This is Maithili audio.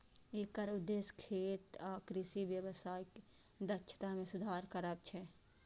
एकर उद्देश्य खेत आ कृषि व्यवसायक दक्षता मे सुधार करब छै